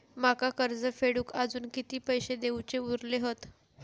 माका कर्ज फेडूक आजुन किती पैशे देऊचे उरले हत?